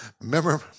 Remember